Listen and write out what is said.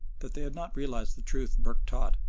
that they had not realised the truth burke taught,